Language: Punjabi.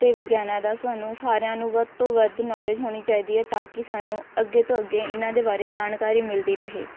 ਅਤੇ ਵਿਗਿਆਨ ਦਾ ਸਾਨੂੰ ਸਾਰਿਆਂ ਨੂੰ ਵੱਧ ਤੋਂ ਵੱਧ ਨੌਲੇਜ ਹੋਣੀ ਚਾਹੀਦੀ ਹੈ ਤਾਂ ਕਿ ਸਾਨੂੰ ਅੱਗੇ ਤੋਂ ਅੱਗੇ ਇਹਨਾਂ ਦੇ ਬਾਰੇ ਜਾਣਕਾਰੀ ਮਿਲਦੀ ਰਹੇ